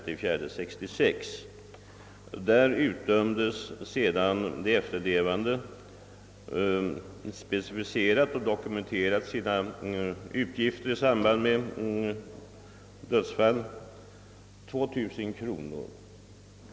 Där utdömdes 2000 kronor utöver de utgifter de efterlevande specificerat och dokumenterat i samband med dödsfallet.